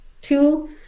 two